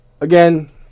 again